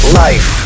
life